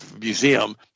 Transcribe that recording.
museum